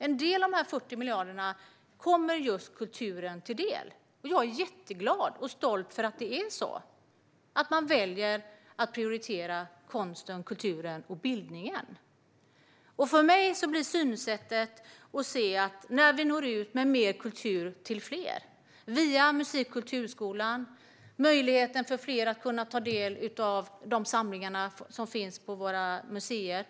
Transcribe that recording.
En del av de 40 miljarderna kommer just kulturen till del. Jag är jätteglad och stolt över att man väljer att prioritera konsten, kulturen och bildningen. Det handlar om att nå ut med mer kultur till fler, till exempel via musik och kulturskolan och möjligheten att ta del av de samlingar som finns på våra museer.